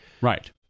Right